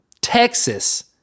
Texas